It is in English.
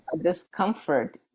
discomfort